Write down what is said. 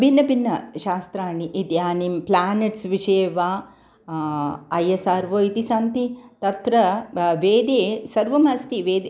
भिन्न भिन्न शास्त्राणि इदानीं प्लेनट्स् विषये वा ऐ एस् आर् वो इति सन्ति तत्र ब वेदे सर्वमस्ति वेद्